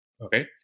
Okay